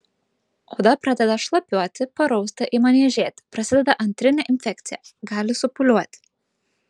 oda pradeda šlapiuoti parausta ima niežėti prasideda antrinė infekcija gali supūliuoti